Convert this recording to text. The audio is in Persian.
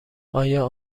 آیا